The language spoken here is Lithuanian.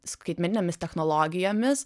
skaitmeninėmis technologijomis